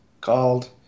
called